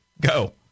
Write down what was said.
go